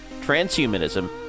transhumanism